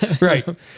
Right